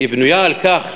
בנויה על כך